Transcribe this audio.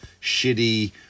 shitty